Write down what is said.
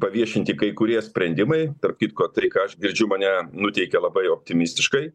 paviešinti kai kurie sprendimai tarp kitko tai ką aš girdžiu mane nuteikia labai optimistiškai